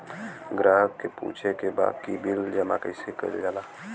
ग्राहक के पूछे के बा की बिल जमा कैसे कईल जाला?